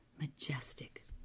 majestic